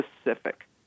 specific